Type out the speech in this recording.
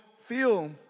feel